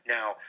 Now